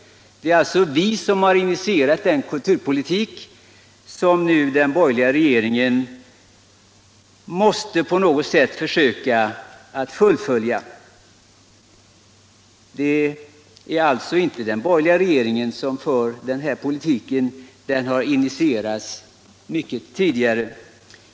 Det är alltså vi som initierat den kulturpolitik som den borgerliga regeringen nu på något sätt måste försöka fullfölja. Det är alltså inte den borgerliga regeringen som fört fram den här politiken. Materialet ligger i linje med den förra regeringens kulturpolitik.